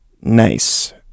Nice